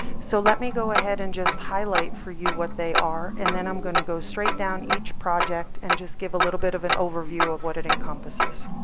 so let me go ahead and just highlight for you what they are. and then i'm going to go straight down each project and just give a little bit of an overview of what it encompasses.